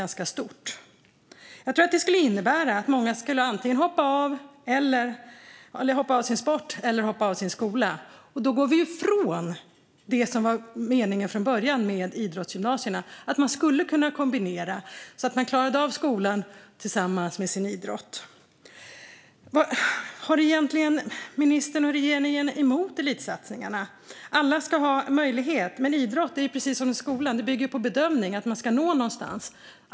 Jag tror att ministerns förslag skulle innebära att många skulle hoppa av antingen sin sport eller sin skola. Då går vi ifrån det som var meningen från början med idrottsgymnasierna: att man skulle kunna kombinera, så att man kan klara av skolan och sin idrott. Vad har ministern och regeringen egentligen emot elitsatsningarna? Alla ska ha möjlighet. Men det är med idrott precis som det är med skolan. Det bygger på bedömning, på att man ska nå någonstans.